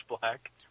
black